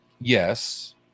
yes